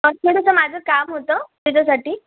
माझं काम होतं त्याच्यासाठी